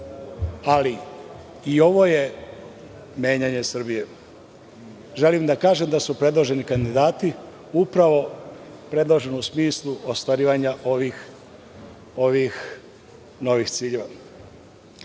ali i ovo je menjanje Srbije. Želim da kažem da su predloženi kandidati upravo predloženi u smislu ostvarivanja ovih novih ciljeva. Ipak,